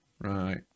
Right